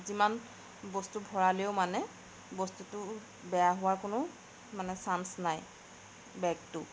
যিমান বস্তু ভৰালেও মানে বস্তুটো বেয়া হোৱাৰ কোনো মানে চান্স নাই বেগটো